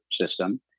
system